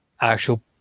actual